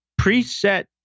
preset